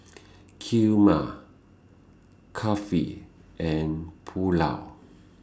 Kheema Kulfi and Pulao